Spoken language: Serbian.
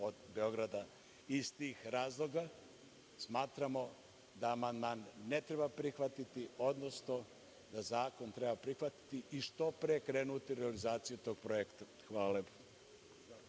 od Beograda. Iz tih razloga smatramo da amandman ne treba prihvatiti, odnosno da zakon treba prihvatiti i što pre krenuti u realizaciju tog projekta. Hvala lepo.